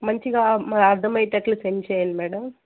మంచిగా అర్థమయ్యేటట్లు సెండ్ చెయ్యండి మేడం